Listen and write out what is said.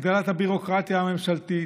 הגדלת הביורוקרטיה הממשלתית,